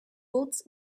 boots